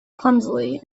clumsily